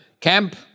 camp